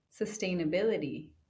sustainability